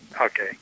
Okay